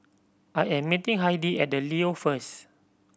I am meeting Heidi at The Leo first